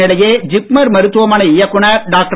இதனிடையே ஜிப்மர் மருத்துவமனை இயக்குநர் டாக்டர்